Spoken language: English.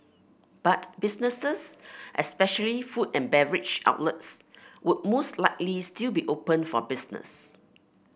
but businesses especially food and beverage outlets would most likely still be open for business